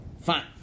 Fine